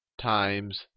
times